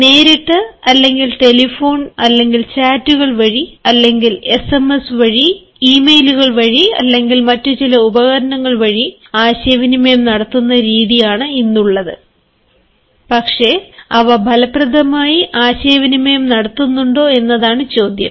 നേരിട്ട് അല്ലെങ്കിൽ ടെലിഫോൺ അല്ലെങ്കിൽ ചാറ്റുകൾ വഴി എസ്എംഎസ് വഴി ഇമെയിലുകൾ വഴി അല്ലെങ്കിൽ മറ്റ് ചില ഉപകരണങ്ങൾ വഴി ആശയവിനിമയം നടത്തുന്ന രീതിയാണ് ഇന്നുള്ളത് പക്ഷേ അവ ഫലപ്രദമായി ആശയവിനിമയം നടത്തുന്നുണ്ടോ എന്നതാണ് ചോദ്യം